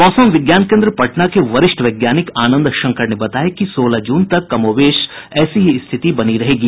मौसम विज्ञान केन्द्र पटना के वरिष्ठ वैज्ञानिक आनंद शंकर ने बताया कि सोलह जून तक कमोबेश ऐसी ही स्थिति बनी रहेगी